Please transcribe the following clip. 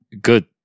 good